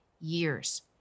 years